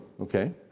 okay